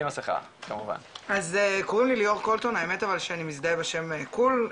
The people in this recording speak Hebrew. אז קוראים לי ליאור קולטון האמת אבל שאני מזדהה בשם קול,